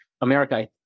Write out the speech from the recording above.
America